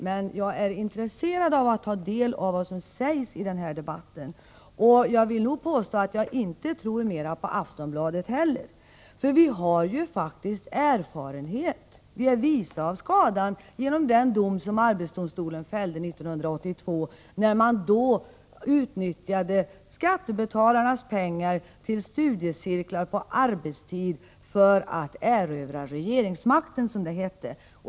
Men jag är intresserad av att ta del av vad som sägs i denna debatt. Jag vill då påstå att jag inte tror mer på Aftonbladet. Vi har ju faktiskt erfarenhet. Vi är visa av skadan i anledning av den dom som Arbetsdomstolen fällde 1982, då man utnyttjade skattebetalarnas pengar till studiecirklar på arbetstid för att ”erövra regeringsmakten”, som det hette.